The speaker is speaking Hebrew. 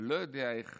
אני לא יודע איך